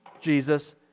Jesus